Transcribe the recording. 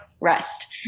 rest